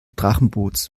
drachenboots